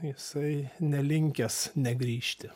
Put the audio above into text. jisai nelinkęs negrįžti